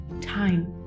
time